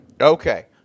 okay